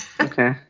Okay